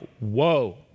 whoa